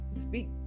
speak